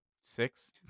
six